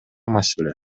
маселе